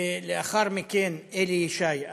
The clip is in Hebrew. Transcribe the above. ולאחר מכן אלי ישי,